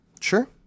Sure